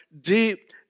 deep